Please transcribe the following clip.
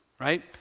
right